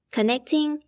Connecting